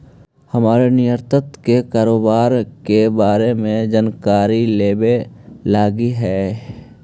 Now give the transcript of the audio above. हमरो निर्यात के कारोबार के बारे में जानकारी लेबे लागी हई